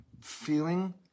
Feeling